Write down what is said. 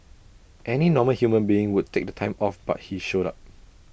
any normal human being would take time off but he showed up